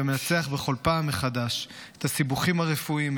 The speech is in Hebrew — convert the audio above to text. ומנצח בכל פעם מחדש את הסיבוכים הרפואיים,